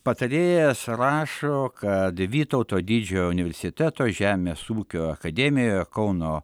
patarėjas rašo kad vytauto didžiojo universiteto žemės ūkio akademijoje kauno